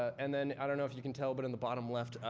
and then, i don't know if you can tell, but in the bottom left,